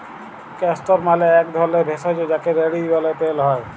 castor মালে এক ধরলের ভেষজ যাকে রেড়ি ব্যলে তেল হ্যয়